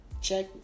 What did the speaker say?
check